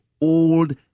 old